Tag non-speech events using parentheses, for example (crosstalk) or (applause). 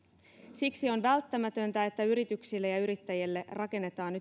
siksi on välttämätöntä että yrityksille ja ja yrittäjille rakennetaan (unintelligible)